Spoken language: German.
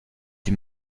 die